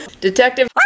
Detective